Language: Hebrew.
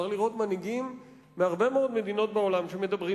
אפשר לראות מנהיגים מהרבה מאוד מדינות בעולם שמדברים